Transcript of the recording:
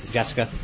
Jessica